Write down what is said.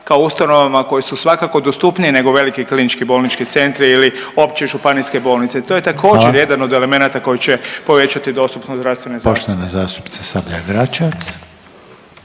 kao ustanovama koje su svakako dostupnije nego veliki klinički bolnički centri ili opće županijske bolnice i to je također jedan od elemenata koji će povećati dostupnost zdravstvene zaštite.